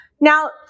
Now